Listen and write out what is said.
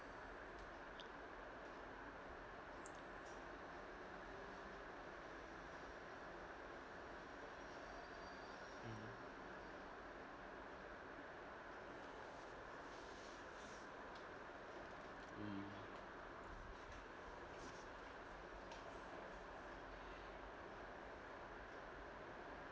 mm